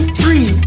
three